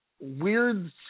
weird